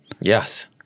Yes